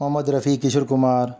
Mohammad Rafi Kishore Kumar